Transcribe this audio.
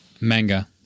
Manga